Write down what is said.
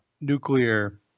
nuclear